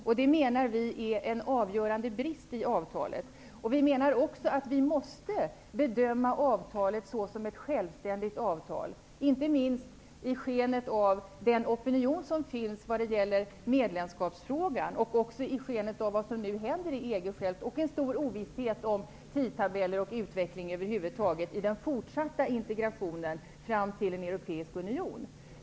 Det är, menar vi, en avgörande brist i avtalet. Vi menar också att vi måste bedöma avtalet såsom ett självständigt avtal, inte minst i skenet av den opinion som finns vad gäller medlemskapsfrågan och också i skenet av vad som nu händer i EG självt och en stor ovisshet om tidtabeller och utveckling över huvud taget för den fortsatta integrationen fram till en europeisk union.